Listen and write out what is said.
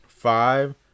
five